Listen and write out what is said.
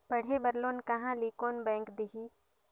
पढ़े बर लोन कहा ली? कोन बैंक देही?